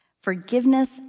forgiveness